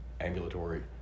ambulatory